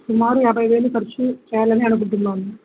సుమార యాభై వేలు ఖచు చేయాలని అనుకుంటున్నాము